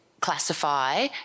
classify